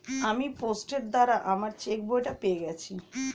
আমি পোস্টের দ্বারা আমার চেকবইটা পেয়ে গেছি